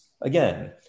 again